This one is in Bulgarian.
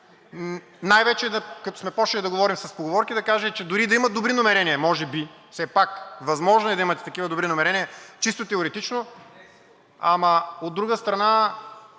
Като сме започнали да говорим с поговорки, да кажа, че дори и да имате добри намерения, може би все пак възможно е да имате такива добри намерения – чисто теоретично, ама от друга страна,